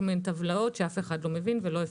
מיני טבלאות שאף אחד לא מבין ולא אפקטיבי.